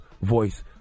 voice